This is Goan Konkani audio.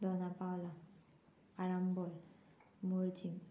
दोना पावला आरांबोल मोर्जीम